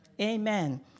Amen